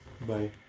Bye